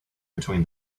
between